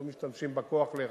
לא משתמשים בכוח לרעה,